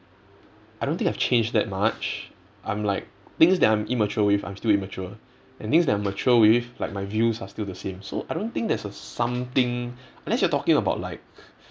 I don't think I've changed that much I'm like things that I'm immature with I'm still immature and things that I'm mature with like my views are still the same so I don't think there's a something unless you're talking about like